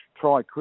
try